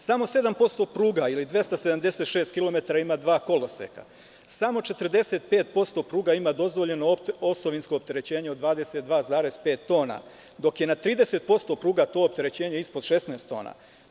Samo 7% pruga ili 276 kilometara ima dva koloseka, samo 45% pruga ima dozvoljeno osovinsko opterećenje od 22,5 tona, dok je na 30% pruga to opterećenje ispod 16 tona.